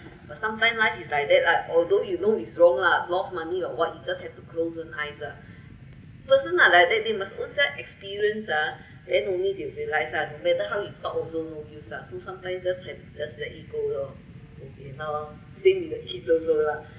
but sometime life is like that lah although you know is wrong lah lost money or what you just have to close one one eyes lah person are like that they must own some experience ah then only they will realise ah no matter how you talk also no use lah so sometime you just have to just let it go lor boh pian loh same with the kids also lah